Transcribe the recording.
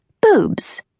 Boobs